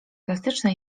plastyczne